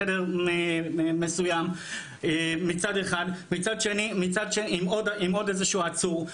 לחדר מסוים עם עוד איזשהו עצור.